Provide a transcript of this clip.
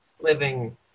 living